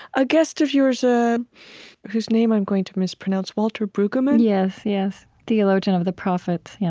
a guest of yours, ah whose name i'm going to mispronounce, walter brueggemann? yes. yes. theologian of the prophets.